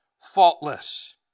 faultless